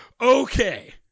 Okay